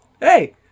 hey